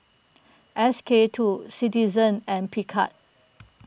S K two Citizen and Picard